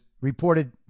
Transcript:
reported